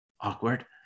Awkward